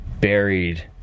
buried